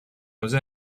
jose